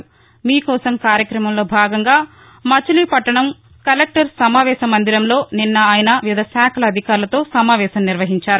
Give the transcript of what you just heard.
మీకోసం కార్యక్రమంలో భాగంగా మచిలీపట్లణం కలెక్లరేట్ సమావేశ మందిరంలో నిన్న ఆయన వివిధ శాఖల అధికారులతో సమావేశం నిర్వహించారు